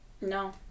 no